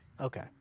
Okay